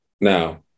Now